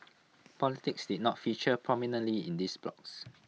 politics did not feature prominently in these blogs